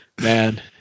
man